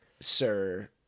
sir